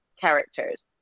characters